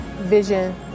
vision